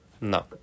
no